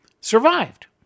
survived